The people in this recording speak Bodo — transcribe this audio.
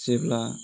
जेब्ला